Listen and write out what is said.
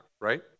right